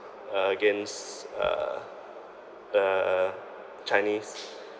uh against uh the chinese